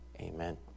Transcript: Amen